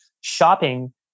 shopping